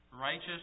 Righteous